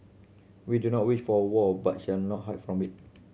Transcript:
we do not wish for a war but shall not hide from it